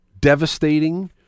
devastating